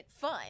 fun